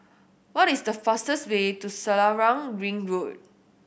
what is the fastest way to Selarang Ring Road